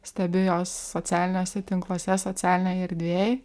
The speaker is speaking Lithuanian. stebiu juos socialiniuose tinkluose socialinėj erdvėj